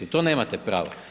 To nemate pravo.